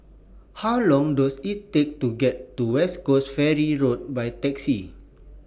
How Long Does IT Take to get to West Coast Ferry Road By Taxi